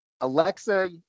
Alexa